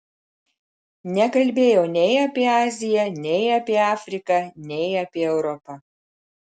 nekalbėjau nei apie aziją nei apie afriką nei apie europą